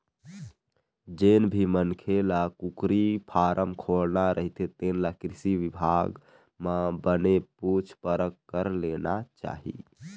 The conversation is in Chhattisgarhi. जेन भी मनखे ल कुकरी फारम खोलना रहिथे तेन ल कृषि बिभाग म बने पूछ परख कर लेना चाही